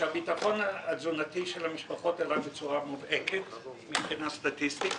לפיו הביטחון התזונתי של המשפחות עלה בצורה מובהקת מבחינה סטטיסטית.